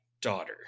daughter